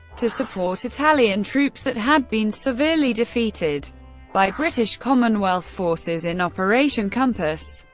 to support italian troops that had been severely defeated by british commonwealth forces in operation compass.